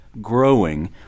growing